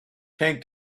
tank